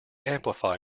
amplify